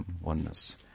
oneness